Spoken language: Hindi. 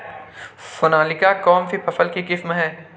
सोनालिका कौनसी फसल की किस्म है?